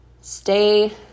stay